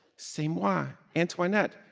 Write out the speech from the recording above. c'est moi, antoinette.